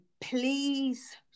Please